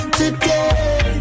today